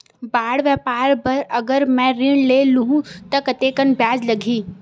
बड़े व्यापार बर अगर मैं ऋण ले हू त कतेकन ब्याज लगही?